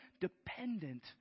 dependent